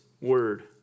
word